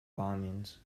bombings